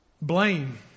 Blame